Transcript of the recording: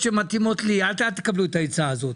אל תקבלו את העצה הזאת.